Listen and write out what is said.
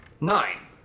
Nine